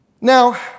Now